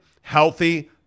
healthy